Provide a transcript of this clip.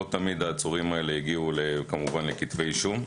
לא תמיד העצורים האלה הגיעו לכתבי אישום.